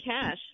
cash